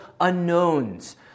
unknowns